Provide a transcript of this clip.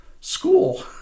school